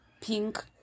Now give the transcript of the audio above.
pink